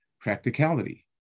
practicality